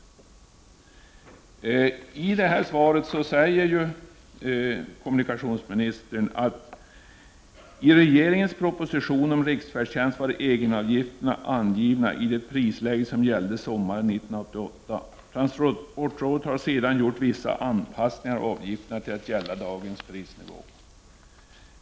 I det här svaret säger kommunikationsministern att i regeringens proposition om riksfärdtjänst var egenavgifterna angivna i det prisläge som gällde sommaren 1988. Transportrådet har sedan gjort vissa anpassningar av avgifterna till dagens prisnivå.